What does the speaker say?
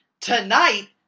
tonight